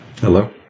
Hello